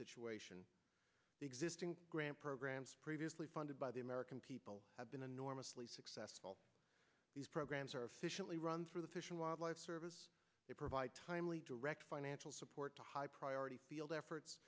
situation existing grant programs previously funded by the american people i've been enormously successful these programs are efficiently run through the fish and wildlife service they provide timely direct financial support to high priority field efforts